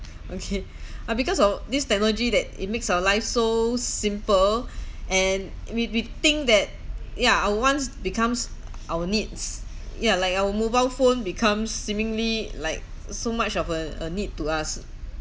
okay uh because of this technology that it makes our lives so simple and we we think that ya our wants becomes our needs ya like our mobile phone becomes seemingly like so much of a a need to us